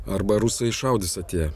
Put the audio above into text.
arba rusai iššaudys atėję